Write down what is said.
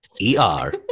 E-R